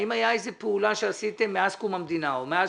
האם הייתה איזו פעולה שעשיתם מאז קום המדינה או מאז